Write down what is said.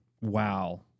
Wow